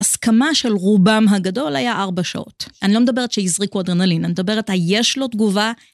הסכמה של רובם הגדול היה ארבע שעות. אני לא מדברת שהזריקו אדרנלין, אני מדברת היש לו תגובה.